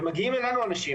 ומגיעים אלינו אנשים,